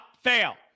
fail